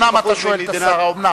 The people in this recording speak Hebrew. אתה שואל את השר: האומנם,